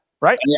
right